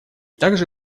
также